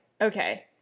okay